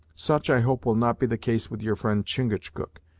such i hope will not be the case with your friend chingachgook,